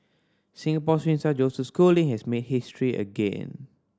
Singapore swim star Joseph Schooling has made history again